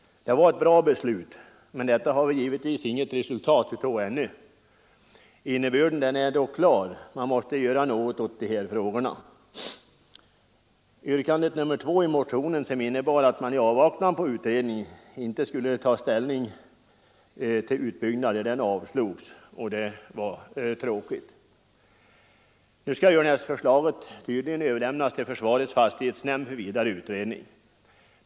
Det var ett bra beslut. Men detta har vi givetvis inget resultat av ännu. Innebörden är dock klar. Man måste göra något åt dessa frågor. Motionens yrkande nr 2, som innebar att man i avvaktan på utredning ej skulle ta ställning till utvidgningar av militära övningsfält, avslogs — det var tråkigt. Nu skall Örnäsförslaget tydligen överlämnas till försvarets fastighetsnämnd för vidare utredning.